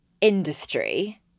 industry